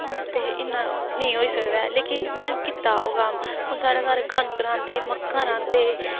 ते इन्ना नेईं होई सकदा ऐ लेकिन में कीता ओह् कम्म हून साढ़े घर कनक रांह्दे मक्कां रांह्दे